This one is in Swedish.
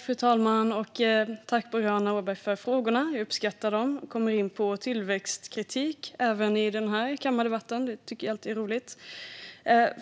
Fru talman! Tack, Boriana Åberg, för frågorna! Jag uppskattar dem. Även i den här kammardebatten kommer vi in på tillväxtkritik. Det tycker jag alltid är roligt.